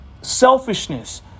selfishness